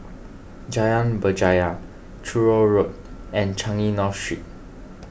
Jalan Berjaya Truro Road and Changi North Street